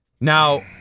Now